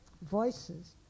Voices